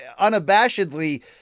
unabashedly